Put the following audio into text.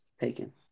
taken